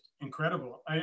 incredible